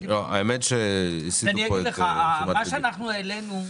אני אגיד לך, מה שאנחנו העלינו,